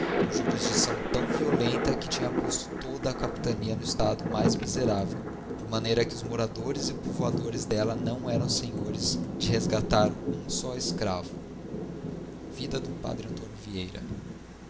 com jurisdicção tão violenta que tinha posto toda a capitania no estado mais miserável por maneira que os moradores e povoadores delia não eram senhores de resgatar um só escravo vida do padre antónio vieira